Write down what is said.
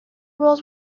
roles